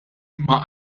imma